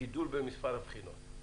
גידול במספר הבחינות.